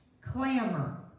clamor